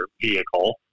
vehicle